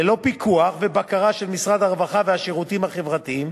ללא פיקוח ובקרה של משרד הרווחה והשירותים החברתיים.